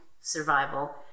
survival